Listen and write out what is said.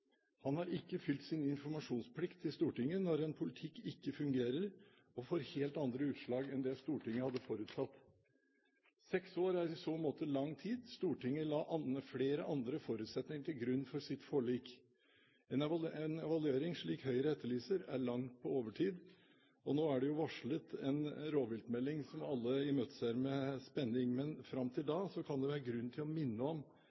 Han har ikke oppfylt sin informasjonsplikt til Stortinget når en politikk ikke fungerer og får helt andre utslag enn det Stortinget hadde forutsatt. Seks år er i så måte lang tid. Stortinget la flere andre forutsetninger til grunn for sitt forlik. En evaluering, slik Høyre etterlyser, er langt på overtid. Nå er det varslet en rovviltmelding, som alle imøteser med spenning. Men fram til da kan det være grunn til å minne om